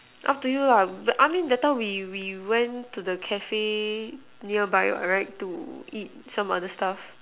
up to you lah I mean that time we we went to the cafe nearby what right to eat some other stuff